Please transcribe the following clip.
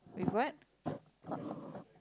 with what